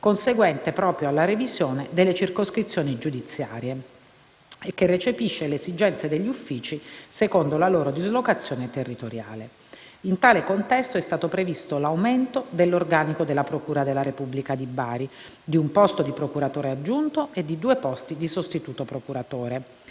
conseguente proprio alla revisione delle circoscrizioni giudiziarie, e che recepisce le esigenze degli uffici secondo la loro dislocazione territoriale. In tale contesto, è stato previsto l'aumento dell'organico della procura della Repubblica di Bari di un posto di procuratore aggiunto e di due posti di sostituto procuratore.